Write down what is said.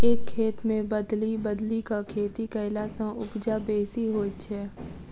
एक खेत मे बदलि बदलि क खेती कयला सॅ उपजा बेसी होइत छै